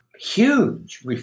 huge